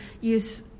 use